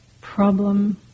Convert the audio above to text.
problem